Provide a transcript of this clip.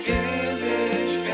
image